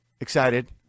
excited